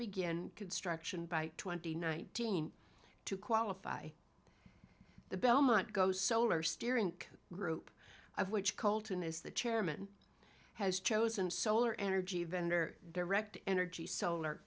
begin construction by twenty nineteen to qualify the belmont goes solar steering group of which colton is the chairman has chosen solar energy vendor direct energy solar